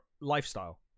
lifestyle